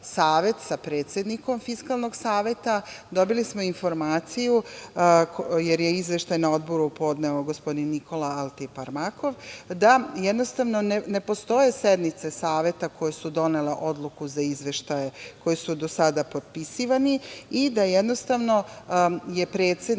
sa predsednikom Fiskalnog saveta, dobili smo informaciju, jer je izveštaj na odboru podneo gospodin Nikola Altiparmakov, da jednostavno ne postoje sednice Saveta koje su donele odluku za izveštaje koje su do sada potpisivani i da jednostavno je predsednik